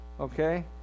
Okay